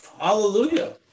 hallelujah